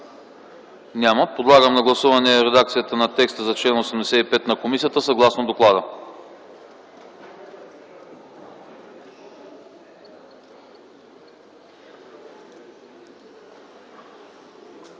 Няма. Подлагам на гласуване редакцията на текста за чл. 85 на комисията съгласно доклада.